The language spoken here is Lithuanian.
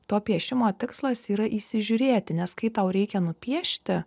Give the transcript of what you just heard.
to piešimo tikslas yra įsižiūrėti nes kai tau reikia nupiešti